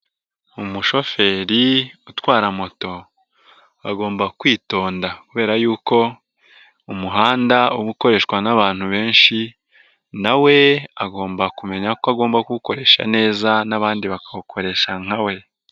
Umushoferi utwara moto agomba kwitonda kubera yuko umuhanda uba ukoreshwa n'abantu benshi na we agomba kumenya ko agomba kuwukoresha neza n'abandi bakawukoresha nka we.